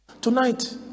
Tonight